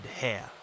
hair